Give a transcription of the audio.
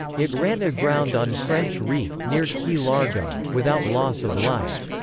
it ran aground on french reef, near key largo, without loss of life.